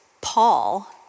Paul